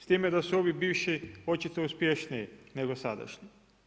S time da su ovi bivši, očito uspješniji nego sadašnji.